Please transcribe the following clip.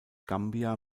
gambia